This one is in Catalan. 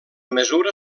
mesura